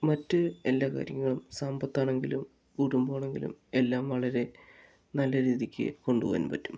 മറ്റു എല്ലാ കാര്യങ്ങളും സമ്പത്താണെങ്കിലും കുടുംമ്പാണെങ്കിലും എല്ലാം വളരെ നല്ല രീതിക്ക് കൊണ്ടുപോകാൻ പറ്റും